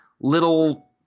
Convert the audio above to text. little –